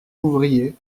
ouvriers